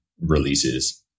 releases